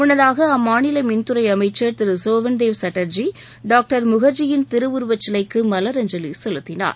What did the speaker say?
முள்ளதாக அம்மாநில மின்துறை அமைச்சள் திரு சோவன்தேவ் சாட்டர்ஜி டாக்டர் முன்ஜியின் திருவுருவச்சிலைக்கு மலர் அஞ்சலி செலுத்தினார்